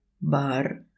bar